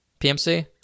PMC